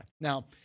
Now